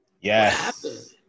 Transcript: Yes